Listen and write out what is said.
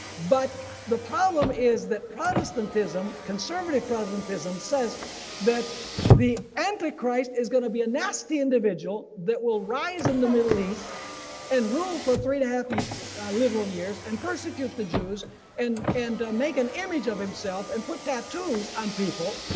but the problem is that protestantism, conservative protestantism, says that the antichrist is gonna be a nasty individual that will rise in the middle east and rule for three to half literal years and persecute the jews and and make an image of himself and put that tattoos on people.